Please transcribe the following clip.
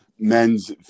men's